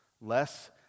less